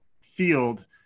field